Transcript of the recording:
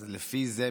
אז לפי זה,